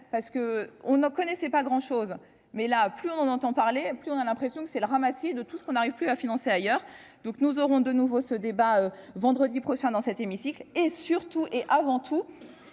parce que on ne connaissait pas grand chose, mais la pluie, on en entend parler, plus on a l'impression que c'est le ramassis de tout ce qu'on n'arrive plus à financer ailleurs, donc nous aurons de nouveau ce débat, vendredi prochain, dans cet hémicycle et surtout et avant tout,